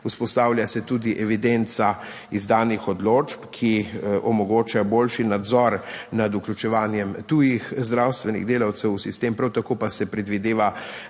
Vzpostavlja se tudi evidenca izdanih odločb, ki omogočajo boljši nadzor nad vključevanjem tujih zdravstvenih delavcev v sistem, prav tako pa se predvideva